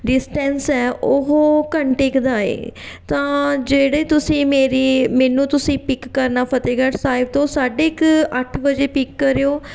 distance ਹੈ ਉਹ ਘੰਟੇ ਕੁ ਦਾ ਏ ਤਾਂ ਜਿਹੜੇ ਤੁਸੀਂ ਮੇਰੀ ਮੈਨੂੰ ਤੁਸੀਂ ਪਿੱਕ ਕਰਨਾ ਫਤਿਹਗੜ੍ਹ ਸਾਹਿਬ ਤੋਂ ਸਾਢੇ ਕੁ ਅੱਠ ਵਜੇ ਪਿੱਕ ਕਰਿਓ